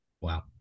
wow